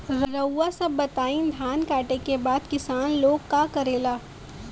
रउआ सभ बताई धान कांटेके बाद किसान लोग का करेला?